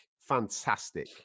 Fantastic